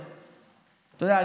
אתה יודע,